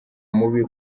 mubi